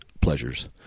pleasures